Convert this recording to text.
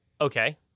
Okay